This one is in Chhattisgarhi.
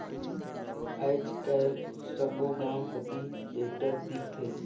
आएज काएल सब्बो गाँव कती टेक्टर दिखथे